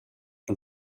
and